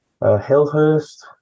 hillhurst